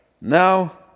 now